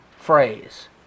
phrase